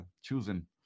choosing